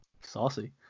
Saucy